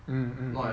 mm mm